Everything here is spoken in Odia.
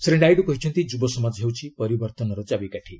ଶ୍ରୀ ନାଇଡ଼ୁ କହିଛନ୍ତି ଯୁବସମାଜ ହେଉଛି ପରିବର୍ତ୍ତନର ଚାବିକାଠି